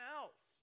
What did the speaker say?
else